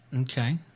Okay